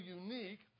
unique